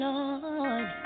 Lord